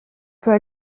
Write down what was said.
peut